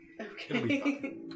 Okay